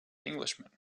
englishman